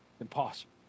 impossible